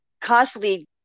constantly